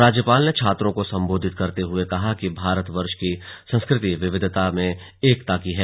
राज्यपाल ने छात्रों को सम्बोधित करते हुए कहा कि भारत वर्ष की संस्कृति विविधता में एकता की है